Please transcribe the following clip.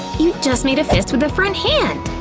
you just make a fist with the front hand!